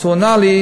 אז הוא ענה לי: